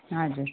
हजुर